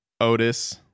otis